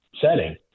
setting